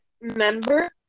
member